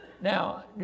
Now